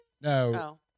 No